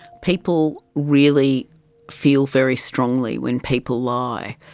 people really feel very strongly when people lie.